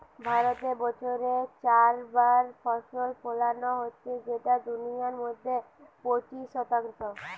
ভারতে বছরে চার বার ফসল ফোলানো হচ্ছে যেটা দুনিয়ার মধ্যে পঁচিশ শতাংশ